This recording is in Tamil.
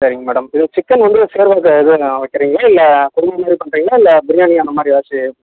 சரிங்க மேடம் இது சிக்கன் வந்து சேர்வாக்கு எதுவும் வைக்கிறீங்களா இல்லை பொரியல் மாதிரி பண்ணுறிங்களா இல்லை பிரியாணி அந்த மாதிரி ஏதாச்சும்